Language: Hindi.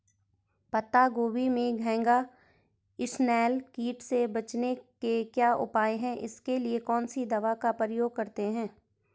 पत्ता गोभी में घैंघा इसनैल कीट से बचने के क्या उपाय हैं इसके लिए कौन सी दवा का प्रयोग करते हैं?